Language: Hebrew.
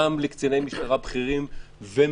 גם לקציני משטרה בכירים ומצוינים.